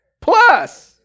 plus